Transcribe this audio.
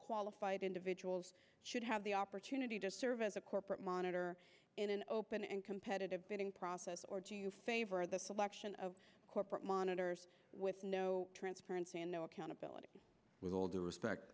qualified individuals should have the opportunity to serve as a corporate monitor in an open and competitive bidding process or do you favor the selection of corporate monitors with no transparency and no accountability with all due respect